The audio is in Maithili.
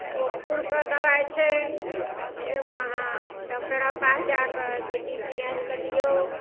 तऽ ओ खुरके दबाइ छै जे एगो अहाँ डॉक्टरक पास जाकऽ सी टी सी आनिकऽ दियौ